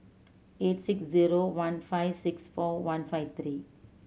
eight six zero one five six four one five three